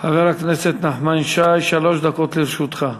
חבר הכנסת נחמן שי, שלוש דקות לרשותך.